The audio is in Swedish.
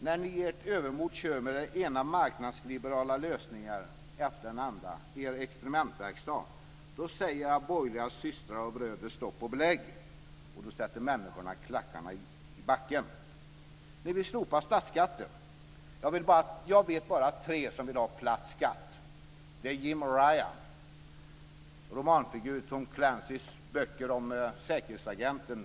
När ni i ert övermod kör med den ena marknadsliberala lösningen efter den andra - er experimentverkstad - säger era borgerliga systrar och bröder stopp och belägg, och då sätter människorna klackarna i backen. Ni vill slopa statsskatten. Jag vet bara tre som vill ha platt skatt. Det är Jim Ryan, romanfigur i Tom Clancys böcker om säkerhetsagenten.